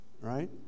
right